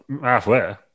halfway